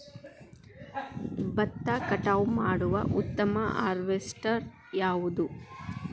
ಭತ್ತ ಕಟಾವು ಮಾಡುವ ಉತ್ತಮ ಹಾರ್ವೇಸ್ಟರ್ ಯಾವುದು?